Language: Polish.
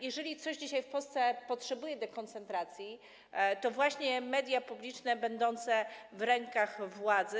Jeżeli coś dzisiaj w Polsce potrzebuje dekoncentracji, to właśnie media publiczne będące w rękach władzy.